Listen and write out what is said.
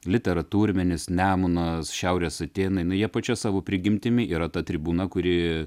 literatūrminis nemunas šiaurės atėnai nu jie pačia savo prigimtimi yra ta tribūna kuri